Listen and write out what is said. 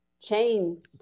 chain